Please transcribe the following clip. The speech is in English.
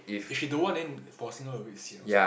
if she don't want then forcing her a bit sian also